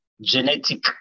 genetic